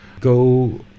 go